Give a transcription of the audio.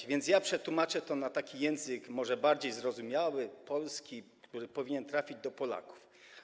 A więc ja przetłumaczę to na taki język może bardziej zrozumiały, język polski, który powinien trafić do Polaków.